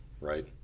right